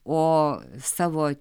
o savo